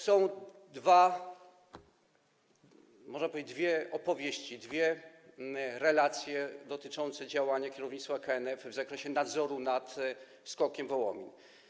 Są, można powiedzieć, dwie opowieści, dwie relacje dotyczące działania kierownictwa KNF w zakresie nadzoru nad SKOK-iem Wołomin.